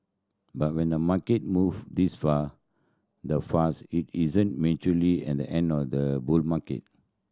but when the market move this far the fuss it isn't at the end of the bull market